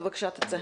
בבקשה תצא,